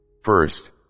First